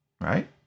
right